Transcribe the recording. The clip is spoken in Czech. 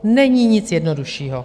Není nic jednoduššího.